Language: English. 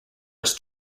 his